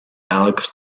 alex